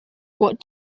what